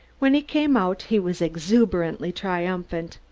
when he came out he was exuberantly triumphant.